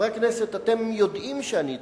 חברי הכנסת, אתם יודעים שאני צודק,